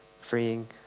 freeing